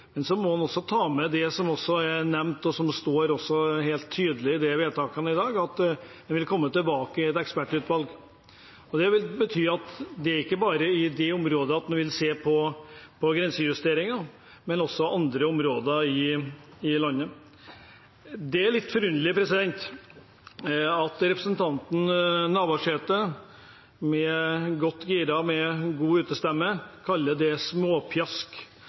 Men man også ta med seg det som er nevnt, og som også står helt tydelig i merknadene til vedtakene som blir gjort i dag, at et ekspertutvalg vil bli nedsatt. Det betyr at det ikke bare er på det området at en vil se på grensejusteringer, men også på andre områder i landet. Det er litt forunderlig at representanten Navarsete, gira og med god utestemme, kaller det